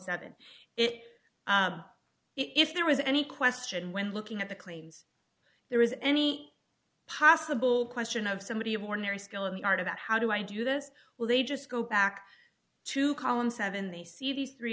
seven it if there was any question when looking at the claims there is any possible question of somebody of ordinary skill in the art about how do i do this will they just go back to column seven they see these three